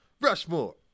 Rushmore